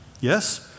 Yes